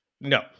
No